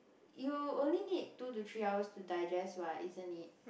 you only need two to three hours to digest what isn't it